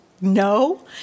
no